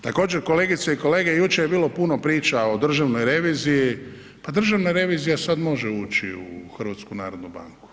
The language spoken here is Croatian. Također kolegice i kolege, jučer je bilo puno priča o Državnoj reviziji, pa Državna revizija sad može ući u HNB.